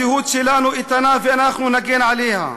הזהות שלנו איתנה ואנחנו נגן עליה,